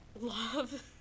love